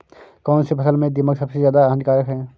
कौनसी फसल में दीमक सबसे ज्यादा हानिकारक है?